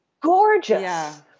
gorgeous